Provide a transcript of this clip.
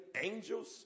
angels